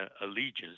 Allegiance